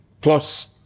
plus